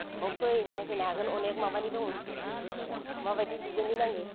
औ फै नायफैनो हागोन अनेख माबानि दं ना माबायदि दिजेननि नांगौ